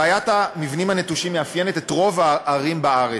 בעיית המבנים הנטושים מאפיינת את רוב הערים בארץ.